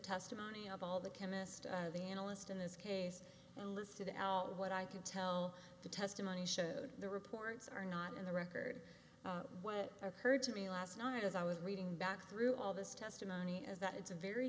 testimony of all the chemist the analyst in this case listed out what i can tell the testimony showed the reports are not in the record when it occurred to me last night as i was reading back through all this testimony is that it's a very